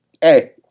hey